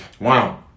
Wow